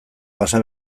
pasa